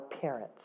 parents